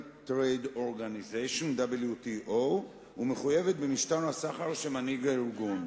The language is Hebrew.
World Trade Organization ומחויבת במשטר הסחר שמנהיג הארגון.